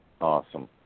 Awesome